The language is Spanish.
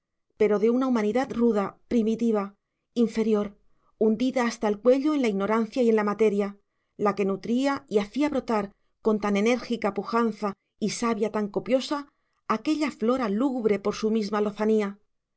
humana pero de una humanidad ruda primitiva inferior hundida hasta el cuello en la ignorancia y en la materia la que nutría y hacía brotar con tan enérgica pujanza y savia tan copiosa aquella flora lúgubre por su misma lozanía